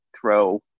throw